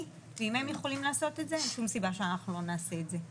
ואם הם יכולים לעשות את זה אין שום סיבה שאנחנו לא נעשה את זה,